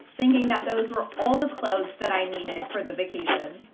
thinking that those were all the clothes that i needed for the vacation,